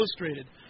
illustrated